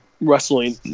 wrestling